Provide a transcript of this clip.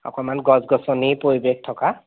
অকণমান গছ গছনিৰ পৰিৱেশ থকা